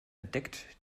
entdeckt